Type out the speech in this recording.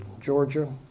Georgia